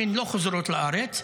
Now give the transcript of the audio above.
שהן לא חוזרות לארץ,